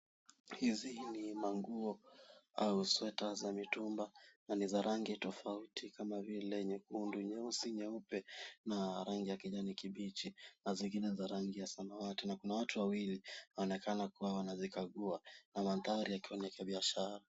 Hizi ni manguo au sweta za mitumba na ni za rangi tofauti kama vile nyekundu, nyeusi, nyeupe na rangi ya kijani kibichi na zingine za rangi ya samawati. Na kuna watu wawili wanaonekana kuwa wanazikagua na mandhari yakiwa ni ya kibiashara.